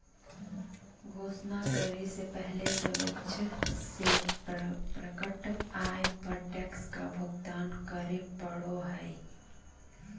घोषणा करे से पहले स्वेच्छा से प्रकट आय पर टैक्स का भुगतान करे पड़ो हइ